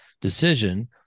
decision